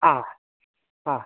ആ ആ